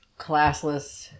classless